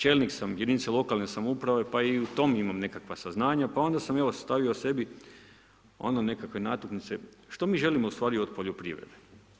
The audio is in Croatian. Čelnik sam jedinice lokalne samouprave, pa i o tome imam nekakva saznanja, pa sam stavio sebi, ono nekakve natuknice, što mi želimo ustvari od poljoprivrede.